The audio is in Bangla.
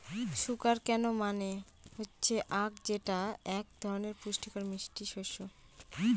সুগার কেন মানে হচ্ছে আঁখ যেটা এক ধরনের পুষ্টিকর মিষ্টি শস্য